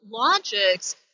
logics